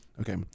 Okay